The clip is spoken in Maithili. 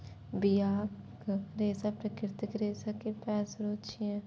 बियाक रेशा प्राकृतिक रेशा केर पैघ स्रोत छियै